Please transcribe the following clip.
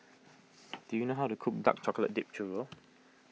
do you know how to cook Dark Chocolate Dipped Churro